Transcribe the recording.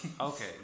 okay